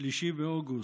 מ-3 באוגוסט.